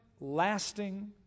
lasting